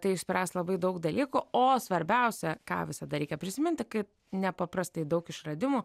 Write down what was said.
tai išspręs labai daug dalykų o svarbiausia ką visada reikia prisiminti kad nepaprastai daug išradimų